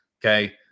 okay